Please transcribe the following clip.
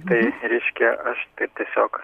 tai reiškia aš tiesiog